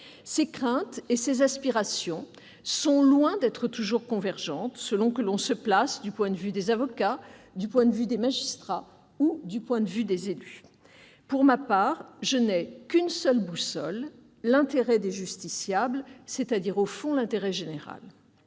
Ces craintes et ces aspirations sont loin d'être toujours convergentes, selon que l'on se place du point de vue des avocats, du point de vue des magistrats ou du point de vue des élus. Pour ma part, je n'ai qu'une seule boussole : l'intérêt des justiciables, c'est-à-dire, au fond, l'intérêt général.